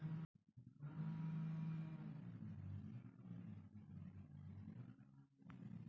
जमीन कैसे मापल जयतय इस यन्त्र के नाम बतयबु?